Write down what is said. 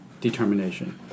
determination